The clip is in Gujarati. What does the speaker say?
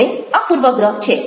હવે આ પૂર્વગ્રહ છે